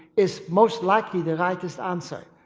is most likely the rightest answer.